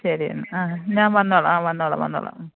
ശെരിയെന്നാൽ അ ഞാൻ വന്നോളാം വന്നോളാം വന്നോളാം